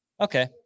Okay